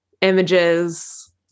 images